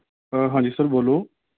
ਹਾਂਜੀ ਸਰ ਬੋਲੋ